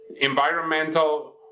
environmental